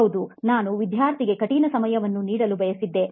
ಹೌದು ನಾನು ವಿದ್ಯಾರ್ಥಿಗೆ ಕಠಿಣ ಸಮಯವನ್ನು ನೀಡಲು ಬಯಸಿದ್ದೆ